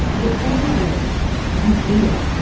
whatever way we do it,